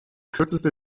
kürzeste